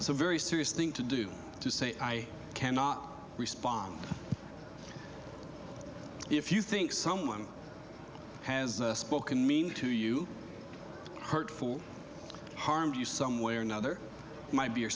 is a very serious thing to do to say i cannot respond if you think someone has spoken mean to you hurtful harm to you some way or another might be your